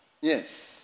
Yes